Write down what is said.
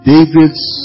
David's